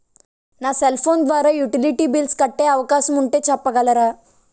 నా cell phone ద్వారా utility bills కట్టే అవకాశం ఉంటే చెప్పగలరా?